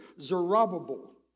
Zerubbabel